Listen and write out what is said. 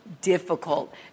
difficult